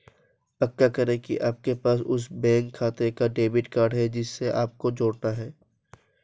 पक्का करें की आपके पास उस बैंक खाते का डेबिट कार्ड है जिसे आपको जोड़ना है